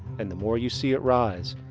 and the more you see it rise,